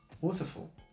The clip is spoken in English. Waterfall